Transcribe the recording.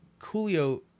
Coolio